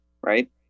right